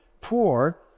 poor